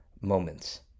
moments